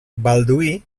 balduí